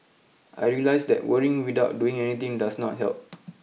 I realised that worrying without doing anything does not help